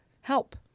help